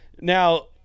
Now